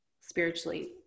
spiritually